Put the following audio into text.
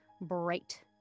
bright